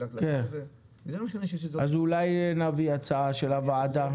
אז נביא הצעה של הוועדה.